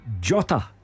Jota